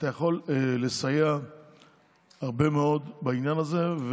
אתה יכול לסייע הרבה מאוד בעניין הזה.